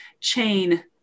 chain